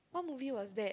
what movie was that